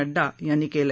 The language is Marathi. नड्डा यांनी केलं